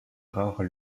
rares